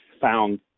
found